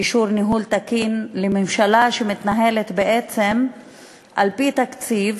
אישור ניהול תקין לממשלה שמתנהלת בעצם על-פי תקציב,